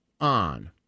on